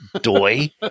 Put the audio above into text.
doy